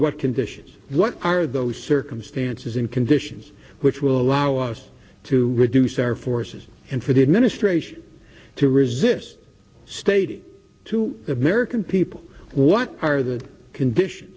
what conditions what are those circumstances and conditions which will allow us to reduce our forces and for the administration to resist stating to the american people what are the condition